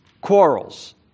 quarrels